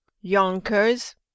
Yonkers